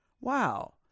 Wow